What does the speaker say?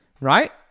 Right